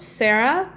sarah